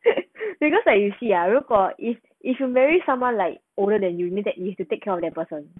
because like you see ah 如果 if if you marry someone like older than you mean that you need to take care of that person